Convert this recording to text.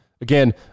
Again